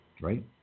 right